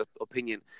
opinion